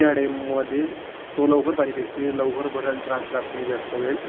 त्या टाईममध्ये तो लवकर पाणी फेकते लवकर भरायला त्रास जात नाही जास्त वेळ